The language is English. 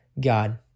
God